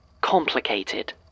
complicated